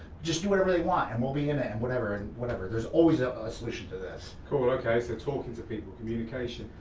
just do whatever they want and we'll be in it, and whatever whatever. there's always ah ah a solution to this. cool, okay, so talking to people, communication.